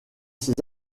ses